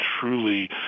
truly